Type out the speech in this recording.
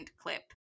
clip